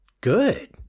good